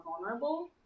vulnerable